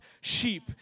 sheep